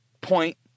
point